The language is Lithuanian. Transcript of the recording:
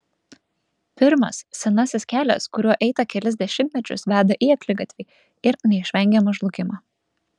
pirmas senasis kelias kuriuo eita kelis dešimtmečius veda į akligatvį ir neišvengiamą žlugimą